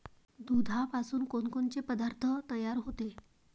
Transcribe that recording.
दुधापासून कोनकोनचे पदार्थ तयार होते?